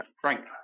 Frank